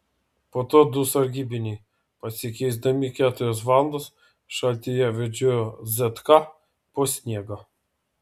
po to du sargybiniai pasikeisdami keturias valandas šaltyje vedžiojo zk po sniegą